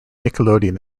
nickelodeon